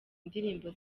indirimbo